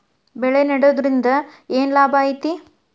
ಬೆಳೆ ನೆಡುದ್ರಿಂದ ಏನ್ ಲಾಭ ಐತಿ?